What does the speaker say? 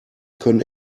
können